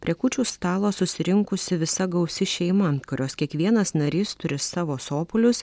prie kūčių stalo susirinkusi visa gausi šeima kurios kiekvienas narys turi savo sopulius